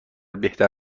بهتر